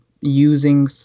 using